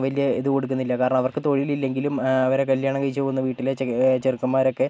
വലിയ ഇത് കൊടുക്കുന്നില്ല കാരണം അവർക്ക് തൊഴിലില്ലെങ്കിലും അവരെ കല്യാണം കഴിച്ച് പോകുന്ന വീട്ടിലെ ചെ ചെറുക്കൻമാരൊക്കെ